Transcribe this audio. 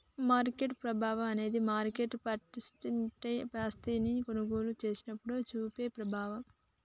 market ప్రభావం అనేది market participant ఆస్తిని కొనుగోలు చేసినప్పుడు చూపే ప్రభావం